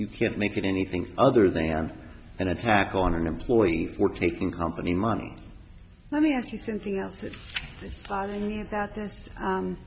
you can't make anything other than an attack on an employee for taking company money let me ask you something else